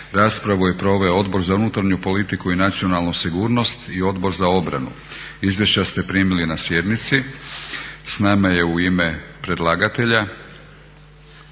Raspravu je proveo Odbor za unutarnju politiku i nacionalnu sigurnost i Odbor za obranu. Izvješća ste primili na sjednici. S nama je u ime predlagatelja